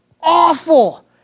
awful